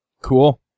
cool